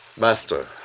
Master